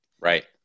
Right